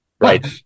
Right